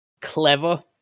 clever